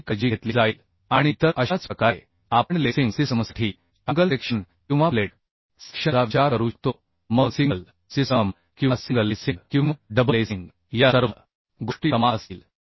तर त्याची काळजी घेतली जाईल आणि इतर अशाच प्रकारे आपण लेसिंग सिस्टमसाठी अँगल सेक्शन किंवा प्लेट सेक्शनचा विचार करू शकतो मग सिंगल सिस्टम किंवा सिंगल लेसिंग किंवा डबल लेसिंग या सर्व गोष्टी समान असतील